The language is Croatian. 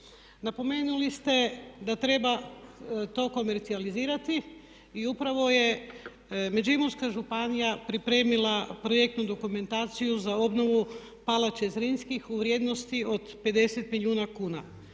Napomenuli ste da treba to komercijalizirati i upravo je Međimurska županija pripremila projektnu dokumentaciju za obnovu palače Zrinskih u vrijednosti od 50 milijuna kuna.